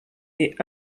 ete